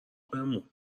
بمون